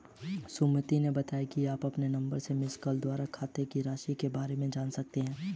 सुमित ने बताया कि आप अपने नंबर से मिसकॉल द्वारा खाते की राशि के बारे में जान सकते हैं